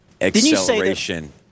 acceleration